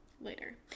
Later